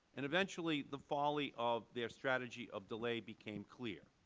and eventually the folly of their strategy of delay became clear.